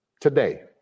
today